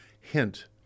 Hint